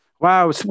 Wow